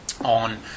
on